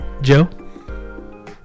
Joe